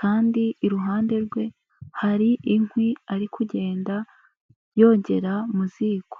kandi iruhande rwe hari inkwi ari kugenda yongera mu ziko.